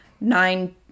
nine-